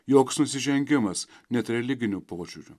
joks nusižengimas net religiniu požiūriu